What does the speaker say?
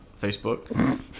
Facebook